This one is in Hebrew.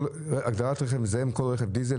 הגדרת רכב מזהם: כל רכב דיזל,